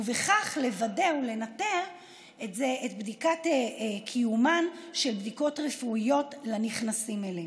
ובכך לוודא ולנטר את קיומן של בדיקות רפואיות לנכנסים אליהם.